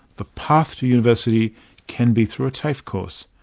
the path to university can be through a tafe course.